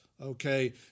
Okay